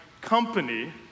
company